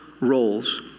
roles